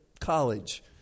college